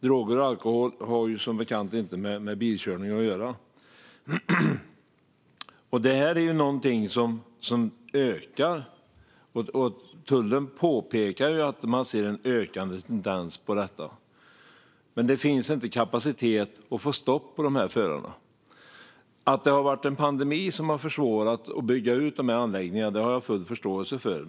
Droger och alkohol har som bekant inte med bilkörning att göra, men tendensen ökar alltså, enligt tullen. Det finns dock inte kapacitet nog att få stopp på dessa förare. Att pandemin har försvårat utbyggnaden av anläggningarna har jag full förståelse för.